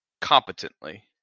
competently